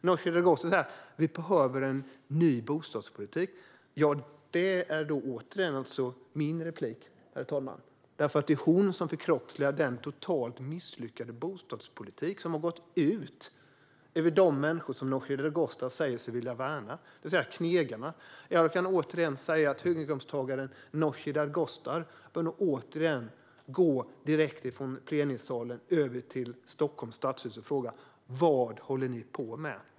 Nooshi Dadgostar säger att vi behöver en ny bostadspolitik. Det är egentligen min sak att säga det, för det är ju hon som förkroppsligar den totalt misslyckade bostadspolitik som har gått ut över dem som hon säger sig vilja värna, alltså knegarna. Återigen vill jag säga att höginkomsttagaren Nooshi Dadgostar bör gå direkt från plenisalen över till Stockholms stadshus och fråga: Vad håller ni på med?